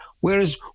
Whereas